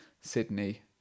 Sydney